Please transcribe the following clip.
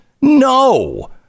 No